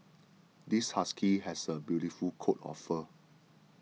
this husky has a beautiful coat of fur